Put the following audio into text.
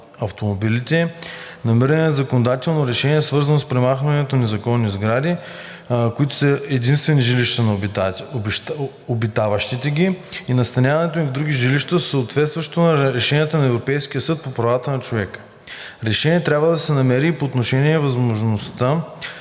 на автомобилите, намиране на законодателно решение, свързано с премахването на незаконни сгради, които са единствени жилища на обитаващите ги и настаняването им в други жилища, съответстващо на решенията на Европейския съд по правата на човека. Решение трябва да се намери и по отношение на възможността